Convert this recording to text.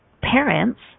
parents